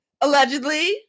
Allegedly